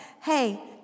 hey